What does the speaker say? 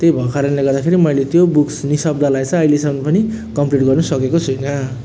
त्यही भएको कारणले गर्दाखेरि मैले त्यो बुक्स निशब्दलाई चाहिँ अहिलेसम्म पनि कम्प्लिट गर्नुसकेको छुइनँ